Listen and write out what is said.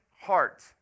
heart